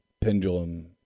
pendulum